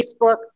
Facebook